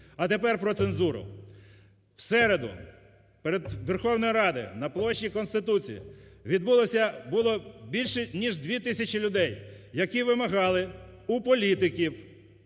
А тапере про цензуру. В середу перед Верховною Радою, на площі Конституції відбулося, було більше ніж 2 тисячі людей. Які вимагали у політиків